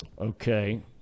Okay